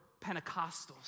Pentecostals